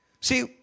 See